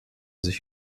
sich